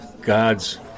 God's